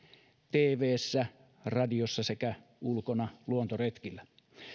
tvssä radiossa sekä ulkona luontoretkillä